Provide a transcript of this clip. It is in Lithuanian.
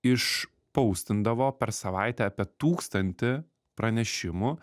iš paustindavo per savaitę apie tūkstantį pranešimų